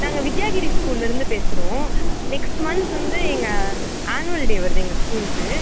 நாங்கள் வித்யாகிரி ஸ்கூல்லருந்து பேசுகிறோம் நெக்ஸ்ட்டு மந்த் வந்து எங்கள் ஆன்வல் டே வருது எங்கள் ஸ்கூல்க்கு